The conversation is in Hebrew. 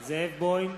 זאב בוים,